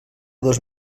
dos